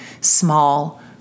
small